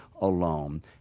alone